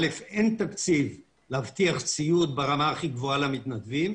אין תקציב להבטיח ציוד ברמה הכי גבוהה למתנדבים.